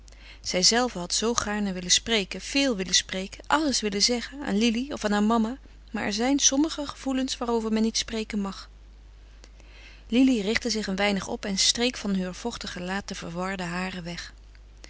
zijzelve had zoo gaarne willen spreken veel willen spreken alles willen zeggen aan lili of aan haar mama maar er zijn sommige gevoelens waarover men niet spreken mag lili richtte zich een weinig op en streek van heur vochtig gelaat de verwarde haren weg